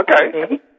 Okay